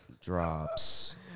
drops